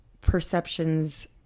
perceptions